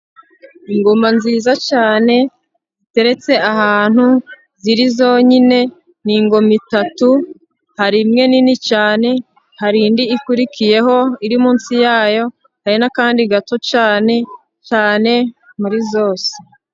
Ingoma nziza cyane, ziteretse ahantu ziri zonyine, ni ingoma eshatu, hari imwe nini cyane, hari indi ikurikiyeho iri munsi yayo, hari n'akandi gato cyane cyane muri zose.